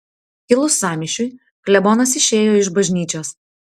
kilus sąmyšiui klebonas išėjo iš bažnyčios